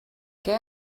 què